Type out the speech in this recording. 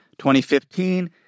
2015